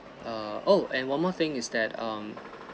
err oh and one more thing is that um